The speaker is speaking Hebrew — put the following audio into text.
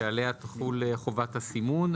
שעליה תחול חובת הסימון,